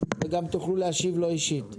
תוכלו גם להשיב לו אישית.